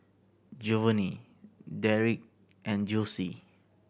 Jovanny Derrek and Jossie